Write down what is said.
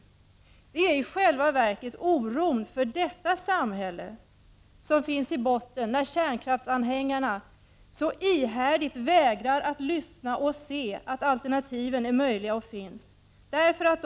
Det är i själva verket oron för detta samhälle som ligger i botten när kärnkraftsanhängarna så ihärdigt vägrar att lyssna och se att alternativen finns och är möjliga.